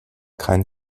keinen